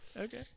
Okay